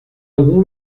algum